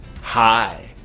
Hi